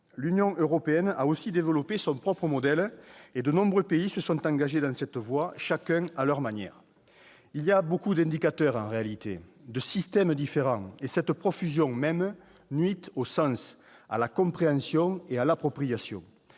L'Union européenne a aussi développé son propre modèle, et de nombreux pays se sont engagés dans cette voie, chacun à leur manière. En réalité, il y a beaucoup d'indicateurs et de systèmes différents. Cette profusion nuit au sens, à la compréhension et à l'appropriation.